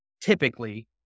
Typically